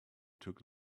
took